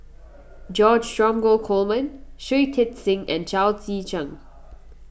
George Dromgold Coleman Shui Tit Sing and Chao Tzee Cheng